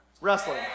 Wrestling